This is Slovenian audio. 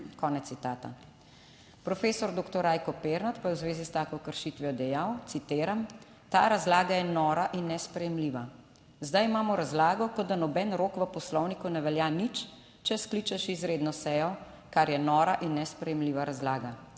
konec citata. Profesor doktor Rajko Pirnat pa je v zvezi s tako kršitvijo dejal, citiram: "Ta razlaga je nora in nesprejemljiva. Zdaj imamo razlago kot da noben rok v Poslovniku ne velja nič, če skličeš izredno sejo, kar je nora in nesprejemljiva razlaga.